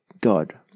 God